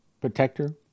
protector